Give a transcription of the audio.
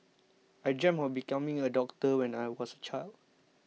I dreamt of becoming a doctor when I was a child